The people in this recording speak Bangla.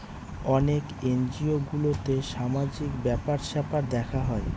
অনেক এনজিও গুলোতে সামাজিক ব্যাপার স্যাপার দেখা হয়